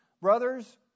Brothers